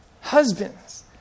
husbands